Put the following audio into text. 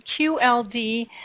QLD